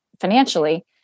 financially